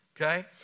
okay